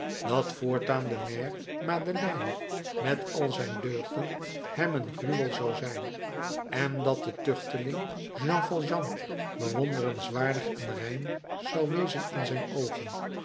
dat voortaan de maire madeleine met al zijn deugden hem een gruwel zou zijn en dat de tuchteling jean valjean bewonderenswaardig en rein zou wezen in zijn oogen